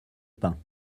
pins